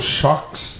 shocks